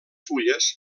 fulles